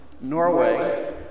Norway